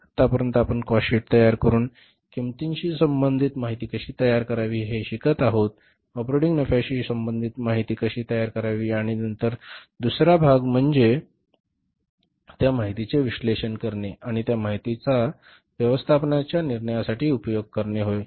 आतापर्यंत आपण cost sheet तयार करुन किंमतीशी संबंधित माहिती कशी तयार करावी हे शिकत आहोत ऑपरेटिंग नफ्याशी संबंधित माहिती कशी तयार करावी आणि नंतर दुसरा भाग म्हणजे त्या माहितीचे विश्लेषण करणे आणि त्या माहितीचा व्यवस्थापनाच्या निर्णयासाठी उपयोग करणे होय